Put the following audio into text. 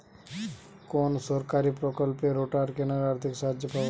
কোন সরকারী প্রকল্পে রোটার কেনার আর্থিক সাহায্য পাব?